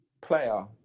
player